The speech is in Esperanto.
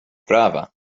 prava